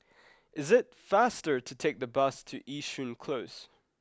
is it faster to take the bus to Yishun Close